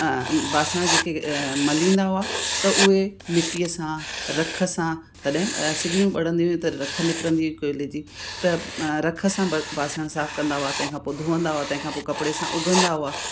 बासण जेके मलींदा हुआ त उहे मिटीअ सां रख सां तॾहिं सिगड़ियूं ॿरंदियूं हुयूं त निकिरंदी हुई कोयले जी त रख सां बर बासण साफ़ कंदा हुआ तंहिंखां पोइ धुअंदा हुआ तंहिंखां पोइ कपड़े सां उघंदा हुआ